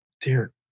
Dear